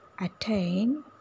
Attain